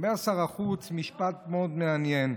אומר שר החוץ משפט מאוד מעניין: